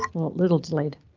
little delayed,